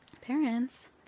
Parents